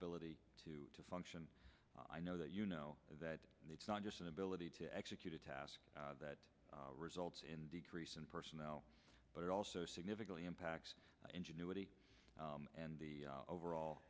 ability to function i know that you know that it's not just an ability to execute a task that results in decrease in personnel but it also significantly impacts ingenuity and the overall